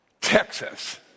Texas